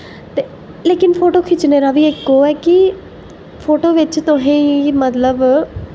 लेकिन फोटो खिच्चने दा बी इक ओह् ऐ कि फोटो बिच तुसें गी मतलब